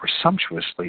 presumptuously